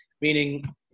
meaning –